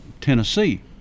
Tennessee